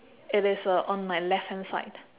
it is uh on my left hand side